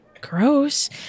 Gross